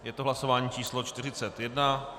Je to hlasování číslo 41.